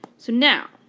so now,